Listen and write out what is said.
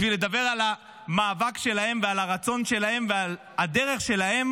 בשביל לדבר על המאבק שלהם ועל הרצון שלהם ועל הדרך שלהם